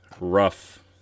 rough